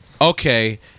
okay